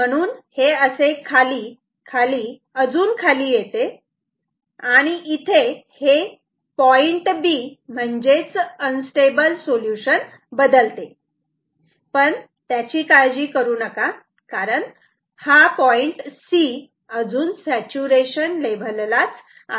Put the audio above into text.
म्हणून हे असे खाली खाली अजून खाली येते इथे हे पॉईंट B म्हणजेच अनस्टेबल सोल्युशन बदलते पण त्याची काळजी करू नका कारण हा पॉईंट C अजून सॅचूरेशन लेव्हल ला आहे